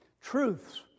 truths